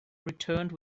returned